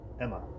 Emma